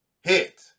hit